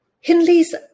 Hindley's